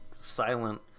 silent